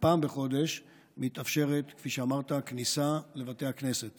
ופעם בחודש מתאפשרת, כפי שאמרת, כניסה לבתי כנסת